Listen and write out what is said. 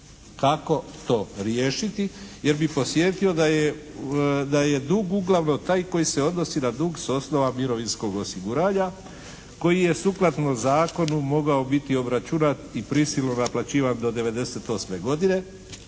Kako to riješiti, jer bih podsjetio da je dug uglavnom taj koji se odnosi na dug s osnova mirovinskog osiguranja koji je sukladno zakonu mogao biti obračunat i prisilno naplaćivan do '98. godine,